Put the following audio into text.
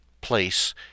Place